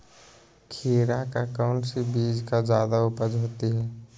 खीरा का कौन सी बीज का जयादा उपज होती है?